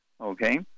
okay